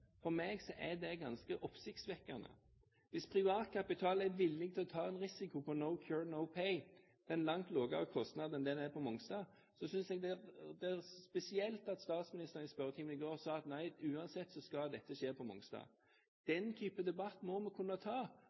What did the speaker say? For meg er det ganske oppsiktsvekkende. Hvis privat kapital er villig til å ta en risiko på prinsippet om «no cure, no pay» til en langt lavere kostnad enn det som er kostnadene for Mongstad, synes jeg det er spesielt at statsministeren i spørretimen i går sa at nei, uansett skal dette skje på Mongstad. Den type debatt må vi kunne ta,